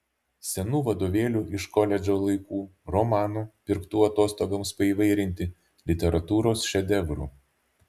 senų vadovėlių iš koledžo laikų romanų pirktų atostogoms paįvairinti literatūros šedevrų